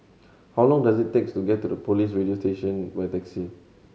how long does it takes to get to Police Radio Division by taxi